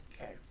Okay